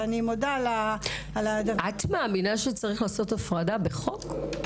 ואני מודה על הדבר --- את מאמינה שצריך לעשות הפרדה בחוק?